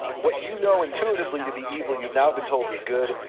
what you know intuitively to be evil, you've now been told is good,